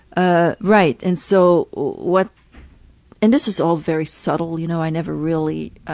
ah right, and so what and this is all very subtle you know, i never really